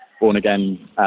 born-again